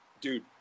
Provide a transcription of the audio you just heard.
dude